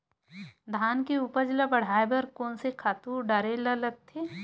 धान के उपज ल बढ़ाये बर कोन से खातु डारेल लगथे?